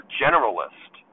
generalist